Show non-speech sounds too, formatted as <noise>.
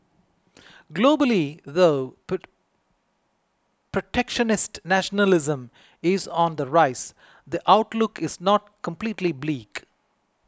globally though <unintelligible> protectionist nationalism is on the rise the outlook is not completely bleak